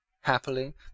Happily